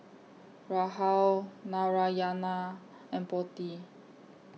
Rahul Narayana and Potti